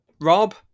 Rob